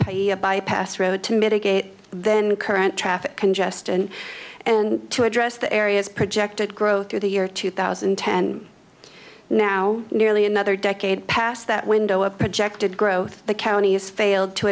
payee a bypass road to mitigate then current traffic congestion and to address the areas projected growth through the year two thousand and ten now nearly another decade past that window a projected growth the county has failed to